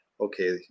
okay